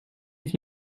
est